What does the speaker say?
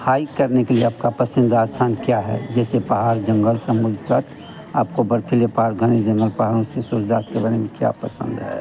hike करने के लिए आपका पसन्दीदा स्थान क्या है जैसे पहाड़ जंगल समुद्र तट आपको बर्फीले पहाड़ घने जंगल सूर्यास्त के बारे में क्या पसन्द है